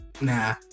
nah